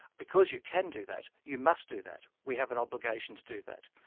because you can do that, you must do that. we have an obligation to do that.